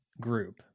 group